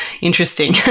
Interesting